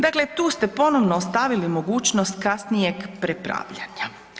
Dakle, tu ste ponovno stavili mogućnost kasnijeg prepravljanja.